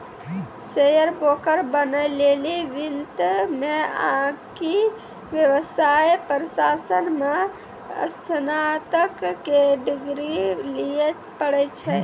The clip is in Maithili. शेयर ब्रोकर बनै लेली वित्त मे आकि व्यवसाय प्रशासन मे स्नातक के डिग्री लिये पड़ै छै